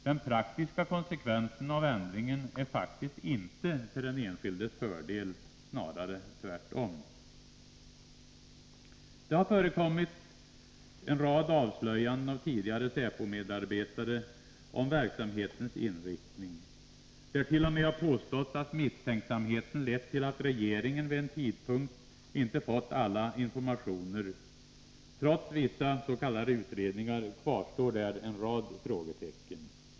Den praktiska konsekvensen av ändringen är faktiskt inte till den enskildes fördel, snarare tvärtom. Det har förekommit en rad avslöjanden av tidigare säpo-medarbetare om verksamhetens inriktning, där det t.o.m. påståtts att misstänksamheten lett till att regeringen vid en tidpunkt inte fått alla informationer. Trots vissa s.k. utredningar kvarstår en rad frågetecken.